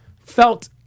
felt